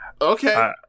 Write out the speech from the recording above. Okay